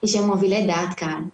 היא שהם מובילי דעת קהל.